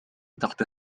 تحت